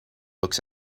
looks